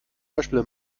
beispiel